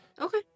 okay